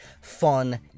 fun